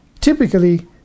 typically